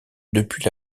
depuis